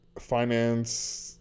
Finance